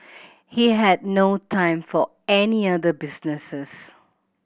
he had no time for any other businesses